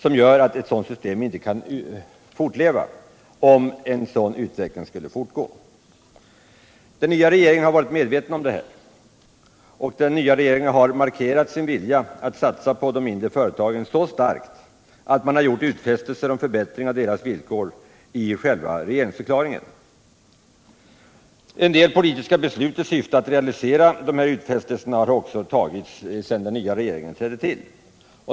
Om den utvecklingen skulle fortgå kan ett sådant system inte fortleva. Den nya regeringen har varit medveten om dessa problem och har markerat sin vilja att satsa på de mindre företagen så starkt att den i regeringsförklaringen gjort utfästelser om förbättringar av småföretagens villkor. En del politiska beslut i syfte att realisera dessa utfästeiser har också fattats sedan den nya regeringen trädde till.